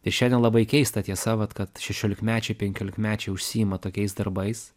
tai šiandien labai keista tiesa vat kad šešiolikmečiai penkiolikmečiai užsiima tokiais darbais